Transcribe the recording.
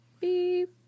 Beep